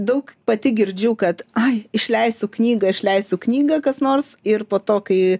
daug pati girdžiu kad ai išleisiu knygą išleisiu knygą kas nors ir po to kai